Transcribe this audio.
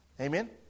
Amen